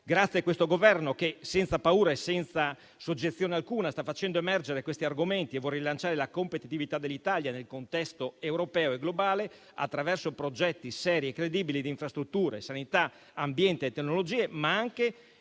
Grazie a questo Governo, che senza paura e senza soggezione alcuna sta facendo emergere questi argomenti e vuol rilanciare la competitività dell'Italia nel contesto europeo e globale attraverso progetti seri e credibili di infrastrutture, sanità, ambiente e tecnologie, ma anche